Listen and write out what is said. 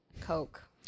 coke